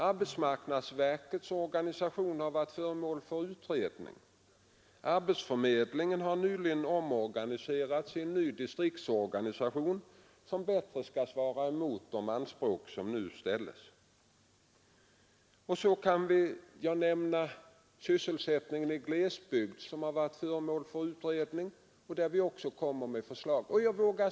Arbetsmarknadsverkets organisation har varit föremål för utredning. Arbetsförmedlingen har nyligen omorganiserats och fått en ny distriktsorganisation som bättre skall svara mot de anspråk som nu ställs. Också sysselsättningen i glesbygd har varit föremål för utredning, och även i den frågan kommer vi att framlägga förslag.